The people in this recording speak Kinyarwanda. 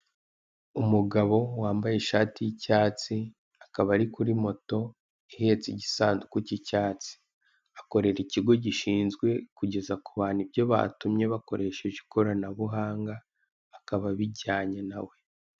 Umugabo wambaye ishati y'icyatsi, akaba ari kuri moto ihetse igisanduku cy'icyatsi. Akorera ikigo gishinzwe kugeza ku bantu ibyo batumye bakoresheje ikoranabuhanga, akaba abijyanye na we.